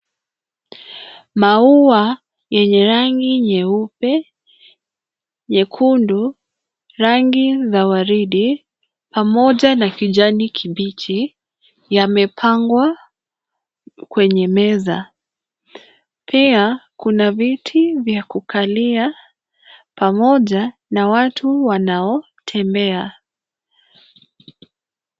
Maua yenye rangi nyeupe, nyekundu, rangi za waridi pamoja na kijani kibichi yamepangwa kwenye meza. Pia kuna viti vya kukalia pamoja na watu wanaotembea.